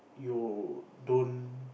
you don't